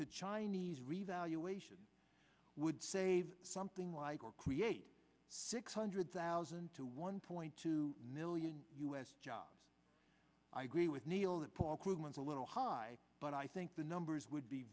to chinese revaluation would save something like or create six hundred thousand to one point two million u s jobs i agree with neil that paul krugman is a little high but i think the numbers would be